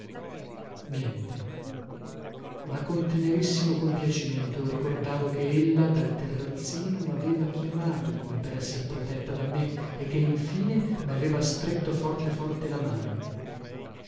niente ma con tenerissimo compiacimento ricordavo che ella dal terrazzino maveva chiamato come per esser protetta da me e che infine maveva stretto forte forte la mano